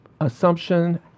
Assumption